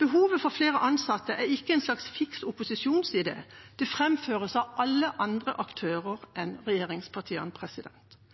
Behovet for flere ansatte er ikke en slags fiks opposisjonsidé, det framføres av alle andre aktører